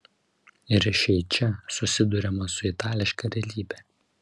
ir šiai čia susiduriama su itališka realybe